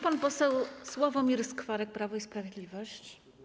Pan poseł Sławomir Skwarek, Prawo i Sprawiedliwość.